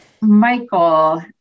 Michael